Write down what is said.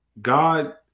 God